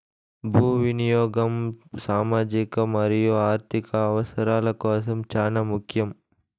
భూ వినియాగం సామాజిక మరియు ఆర్ధిక అవసరాల కోసం చానా ముఖ్యం